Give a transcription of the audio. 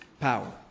power